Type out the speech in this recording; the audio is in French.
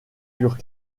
furent